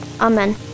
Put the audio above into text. Amen